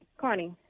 Connie